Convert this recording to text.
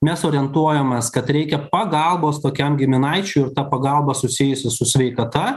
mes orientuojamės kad reikia pagalbos tokiam giminaičiui ir ta pagalba susijusi su sveikata